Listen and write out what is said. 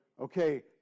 okay